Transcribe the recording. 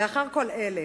לאחר כל אלה,